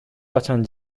качан